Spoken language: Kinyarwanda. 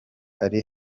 ari